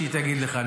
שהיא תגיד לך,